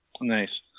nice